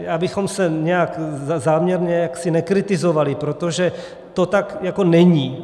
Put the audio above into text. Abychom se nějak záměrně nekritizovali, protože to tak jako není.